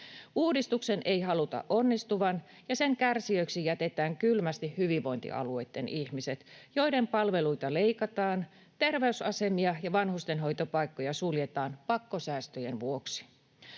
Uudistuksen ei haluta onnistuvan, ja sen kärsijöiksi jätetään kylmästi hyvinvointialueitten ihmiset, joiden palveluita leikataan. Terveysasemia ja vanhustenhoitopaikkoja suljetaan pakkosäästöjen vuoksi.